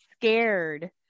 scared